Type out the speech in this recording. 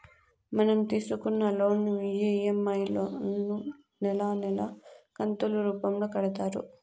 మనం తీసుకున్న loan EMI లను నెలా నెలా కంతులు రూపంలో కడతారు